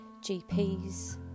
GPs